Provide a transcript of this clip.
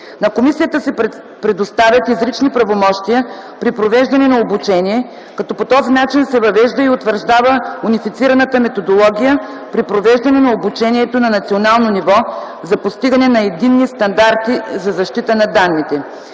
На комисията се предоставят изрични правомощия при провеждане на обучение, като по този начин се въвежда и утвърждава унифицирана методология при провеждане на обучението на национално ниво за постигане на единни стандарти за защита на данните.